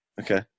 Okay